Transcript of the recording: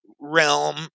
realm